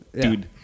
Dude